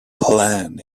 plan